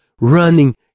running